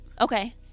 okay